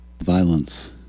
Violence